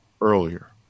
earlier